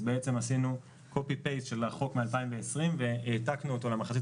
עשינו העתקה של החוק מ-2020 והעתקנו אותו למחצית